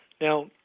Now